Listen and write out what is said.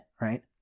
right